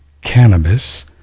cannabis